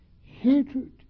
Hatred